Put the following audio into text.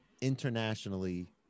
internationally